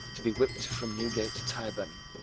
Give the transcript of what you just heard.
to be whipped from newgate to tyburn.